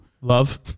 love